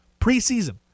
Preseason